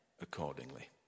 accordingly